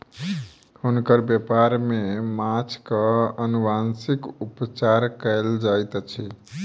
हुनकर व्यापार में माँछक अनुवांशिक उपचार कयल जाइत अछि